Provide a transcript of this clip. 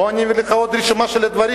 בוא אני אביא לך עוד רשימה של דברים.